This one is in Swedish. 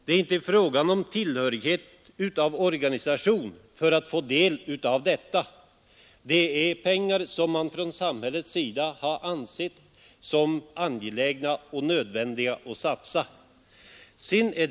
Det krävs inte att man tillhör en viss organisation för att få del av detta, utan det gäller ändamål som samhället har ansett det vara angeläget och nödvändigt att satsa pengar på.